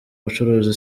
bucuruzi